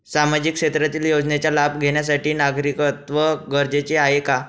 सामाजिक क्षेत्रातील योजनेचा लाभ घेण्यासाठी नागरिकत्व गरजेचे आहे का?